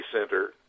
Center